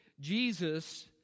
Jesus